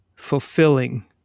fulfilling